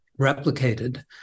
replicated